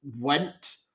went